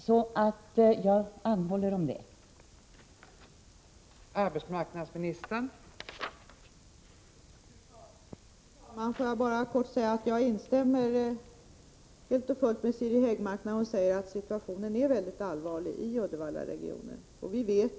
Jag anhåller alltså om åtgärder.